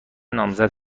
نامزد